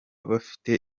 bafite